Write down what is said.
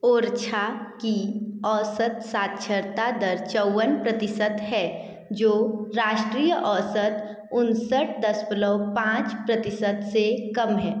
ओरछा की औसत साक्षरता दर चौवन प्रतिशत है जो राष्ट्रीय औसत उनसठ दशमलव पाँच प्रतिशत से कम है